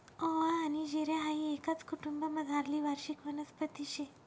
ओवा आनी जिरे हाई एकाच कुटुंबमझारली वार्षिक वनस्पती शे